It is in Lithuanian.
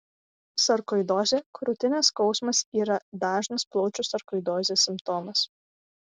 sarkoidozė krūtinės skausmas yra dažnas plaučių sarkoidozės simptomas